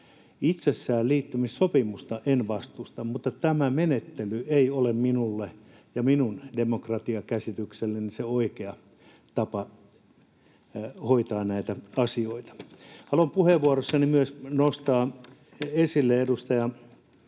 Itsessään liittymissopimusta en vastusta, mutta tämä menettely ei ole minulle ja minun demokratiakäsitykselleni se oikea tapa hoitaa näitä asioita. Haluan puheenvuorossani myös nostaa esille edustaja